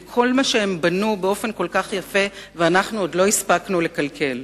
לכל מה שהם בנו באופן כל כך יפה ואנחנו עוד לא הספקנו לקלקל.